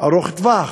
ארוך טווח,